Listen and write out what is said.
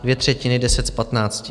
Dvě třetiny deset z patnácti.